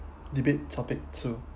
debate topic two